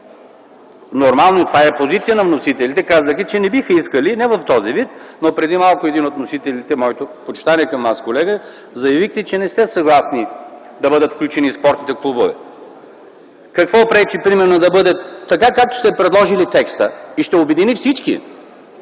нормално, това е позиция на вносителите. Казаха, че не биха искали – не в този вид, но преди малко един от вносителите - моите почитания към Вас, колега, заяви, че не е съгласен да бъдат включени и спортните клубове. Какво пречи примерно да бъде, така както сте предложили текста, и ще обедини всички